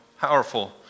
powerful